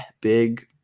big